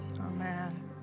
Amen